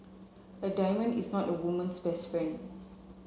a diamond is not a woman's best friend